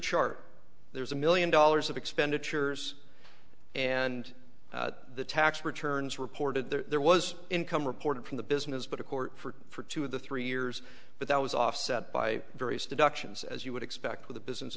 chart there's a million dollars of expenditures and the tax returns reported there was income reported from the business but a court for two of the three years but that was offset by various deductions as you would expect with a business